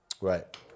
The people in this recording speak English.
Right